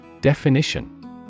Definition